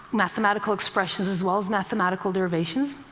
mathematical expressions as well as mathematical derivations.